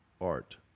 Art